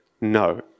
No